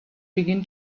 begin